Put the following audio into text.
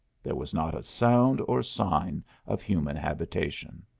there was not a sound or sign of human habitation.